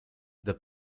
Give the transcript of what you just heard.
their